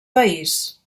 país